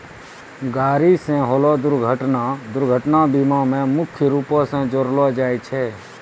गाड़ी से होलो दुर्घटना दुर्घटना बीमा मे मुख्य रूपो से जोड़लो जाय छै